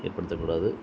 ஏற்படுத்தக்கூடாது